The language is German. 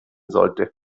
sollte